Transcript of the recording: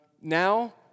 Now